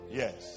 yes